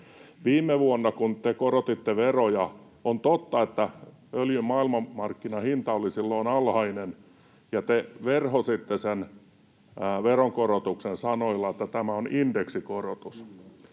viime vuonna, kun te korotitte veroja, öljyn maailmanmarkkinahinta oli silloin alhainen, ja te verhositte sen veronkorotuksen sanoilla, että tämä on ”indeksikorotus”.